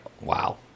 wow